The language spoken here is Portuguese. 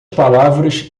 palavras